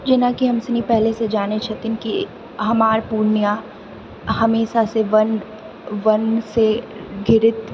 जेनाकि हमसनि पहिलेसँ जानैत छथिन कि हमार पुर्णियाँ हमेशासँ वन वनसँ घिरित